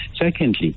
Secondly